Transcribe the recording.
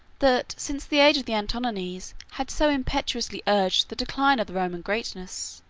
that, since the age of the antonines, had so impetuously urged the decline of the roman greatness.